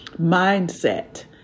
mindset